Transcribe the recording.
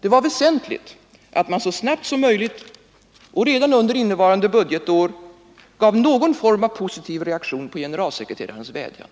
Det var väsentligt, att man så snabbt som möjligt och redan under innevarande budgetår gav någon form av positiv reaktion på generalsekreterarens vädjan.